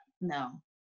No